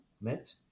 MET